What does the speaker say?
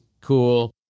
cool